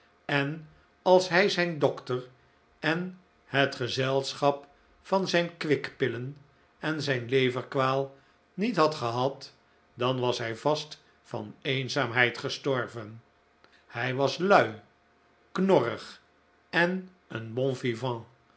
en als hij zijn dokter en het gezelschap van zijn kwikpillen en zijn leverkwaal niet had gehad dan was hij vast van eenzaamheid gestorven hij was lui knorrig en een bon